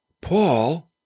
Paul